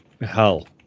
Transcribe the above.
hell